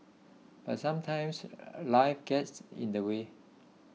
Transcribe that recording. but sometimes life gets in the way